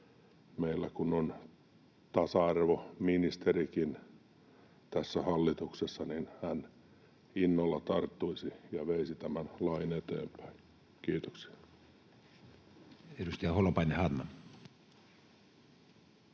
meillä kun on tasa-arvoministerikin tässä hallituksessa, hän innolla tarttuisi ja veisi tämän lain eteenpäin. — Kiitoksia. [Speech 109] Speaker: